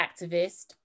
activist